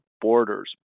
Borders